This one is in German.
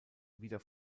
wieder